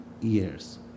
years